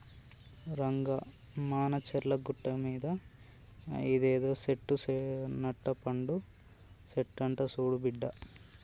రంగా మానచర్ల గట్టుమీద ఇదేదో సెట్టు నట్టపండు సెట్టంట సూడు బిడ్డా